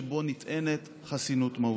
שבו נטענת חסינות מהותית.